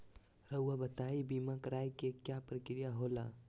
रहुआ बताइं बीमा कराए के क्या प्रक्रिया होला?